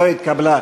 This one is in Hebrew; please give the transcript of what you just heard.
איתן כבל,